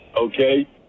okay